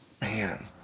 Man